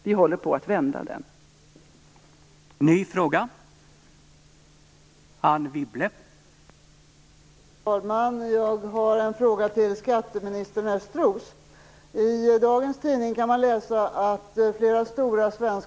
Vi håller på att vända den trenden.